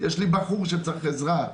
יש לי בחור שצריך עזרה.